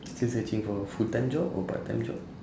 still searching for a full-time job or part-time job